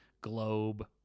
globe